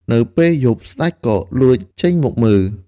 នៅពេលយប់ ស្ដេចក៏លួចចេញមកមើល។